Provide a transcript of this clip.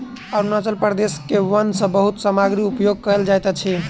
अरुणाचल प्रदेश के वन सॅ बहुत सामग्री उपयोग कयल जाइत अछि